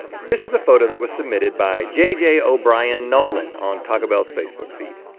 this is a photo that was submitted by jj o'brien nolan on taco bell's facebook feed.